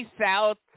South